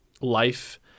life